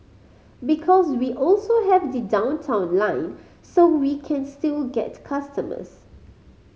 because we also have the Downtown Line so we can still get customers